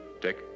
Dick